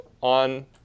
on